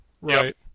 Right